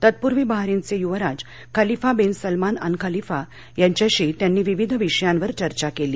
तत्पूर्वी बहारीनचे युवराज Khalifa bin Salman Al Khalifa यांच्याशी त्यांनी विविध विषयांवर चर्चा केली